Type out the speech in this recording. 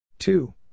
Two